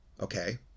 Okay